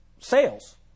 sales